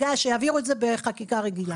שיעבירו את זה בחקיקה רגילה.